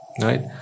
Right